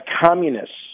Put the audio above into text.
communists